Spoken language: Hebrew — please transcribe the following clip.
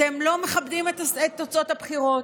אתם לא מכבדים את תוצאות הבחירות.